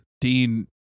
Dean